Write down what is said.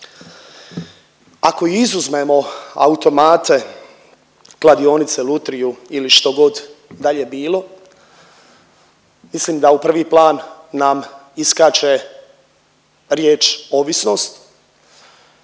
Ako i izuzmemo automate, kladionice, lutriju ili što god dalje bilo, mislim da u prvi plan nam iskače riječ ovisnost.